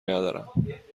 ندارم